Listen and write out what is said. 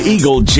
Eagle